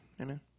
Amen